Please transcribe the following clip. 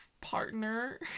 partner